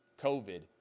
COVID